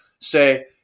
say